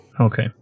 Okay